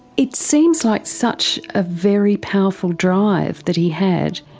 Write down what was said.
it seems like such a very powerful drive that he had,